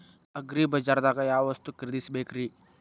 ಅಗ್ರಿಬಜಾರ್ದಾಗ್ ಯಾವ ವಸ್ತು ಖರೇದಿಸಬೇಕ್ರಿ?